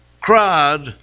cried